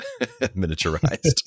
miniaturized